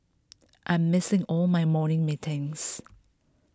I'm missing all my morning meetings